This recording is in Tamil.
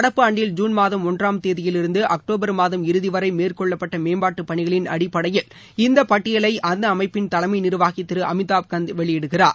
நடப்பு ஆண்டில் ஜுன்மாதம் ஒன்றாம்தேதியிலிருந்து அக்டோபர் மாதம் இறுதிவரை மேற்கொள்ளப்பட்ட மேம்பாட்டு பணிகளின் அடிப்படையில் இந்த பட்டியலை அந்த அமைப்பின் தலைமை நிர்வாகி திரு அமிதாப் கந்த் வெளியிடுகிறார்